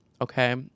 Okay